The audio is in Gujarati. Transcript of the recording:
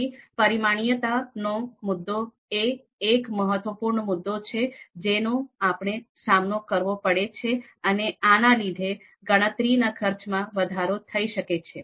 તેથી પરિમાણીયતા નો મુદ્દો એ એક મહત્વપૂર્ણ મુદ્દો છે જેનો આપણે સામનો કરવો પડે છે અને આના લીધે ગણતરીના ખર્ચમાં વધારો થઈ શકે છે